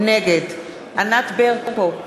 נגד ענת ברקו,